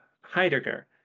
Heidegger